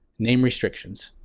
name restrictions.